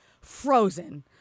frozen